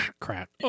Crap